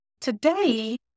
Today